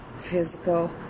physical